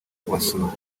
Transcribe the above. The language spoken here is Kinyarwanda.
kubasura